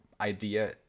idea